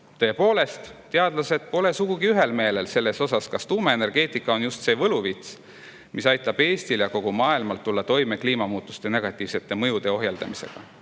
Tõepoolest, teadlased pole selles sugugi ühel meelel, kas tuumaenergeetika on just see võluvits, mis aitab Eestil ja kogu maailmal tulla toime kliimamuutuste negatiivsete mõjude ohjeldamisega.